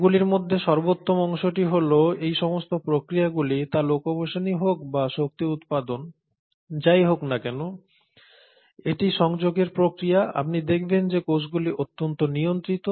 এগুলির মধ্যে সর্বোত্তম অংশটি হল এই সমস্ত প্রক্রিয়াগুলি তা লোকোমোশনই হোক বা শক্তি উৎপাদন যাই হোক না কেন এটি যোগাযোগের প্রক্রিয়া আপনি দেখবেন যে কোষগুলি অত্যন্ত নিয়ন্ত্রিত